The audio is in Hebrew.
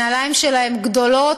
הנעליים שלה הן גדולות,